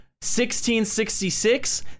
1666